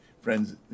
friends